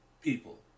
People